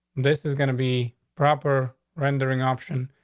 this is gonna be proper rendering option.